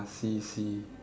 I see I see